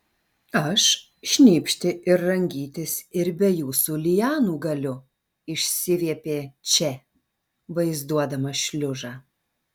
aš šnypšti ir rangytis ir be jūsų lianų galiu išsiviepė če vaizduodamas šliužą